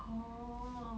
orh